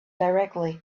directly